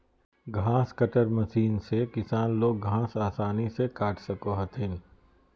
घास cutter machine से किसान लोग घास आसानी से काट सको हथिन